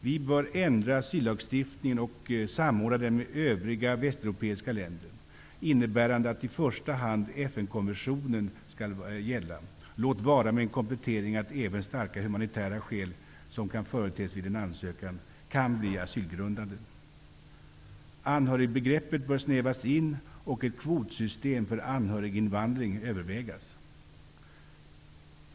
Vi bör ändra asyllagstiftningen och samordna den med övriga västeuropeiska länder. Det skulle innebära att FN-konventionen skall gälla i första hand, låt vara med kompletteringen att även starka humanitära skäl, som företes vid en ansökan, kan bli asylgrundande. Anhörigbegreppet bör snävas in och ett kvotsystem för anhöriginvandring övervägas.